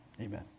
Amen